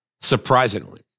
surprisingly